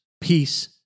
Peace